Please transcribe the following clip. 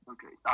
Okay